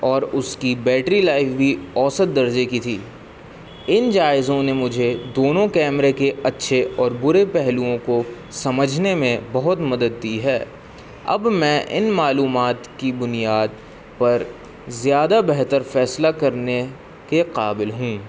اور اس کی بیٹری لائف بھی اوسط درجے کی تھی ان جائزوں نے مجھے دونوں کیمرے کے اچھے اور برے پہلوؤں کو سمجھنے میں بہت مدد دی ہے اب میں ان معلومات کی بنیاد پر زیادہ بہتر فیصلہ کرنے کے قابل ہوں